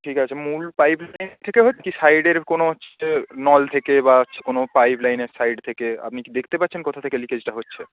ঠিক আছে মূল পাইপ লাইনের থেকে হচ্ছে সাইডের কোনো হচ্ছে নল থেকে বা হচ্ছে কোনো পাইপলাইনের সাইড থেকে আপনি কি দেখতে পাচ্ছেন কোথায় থেকে লিকেজটা হচ্ছে